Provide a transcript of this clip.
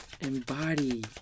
Embody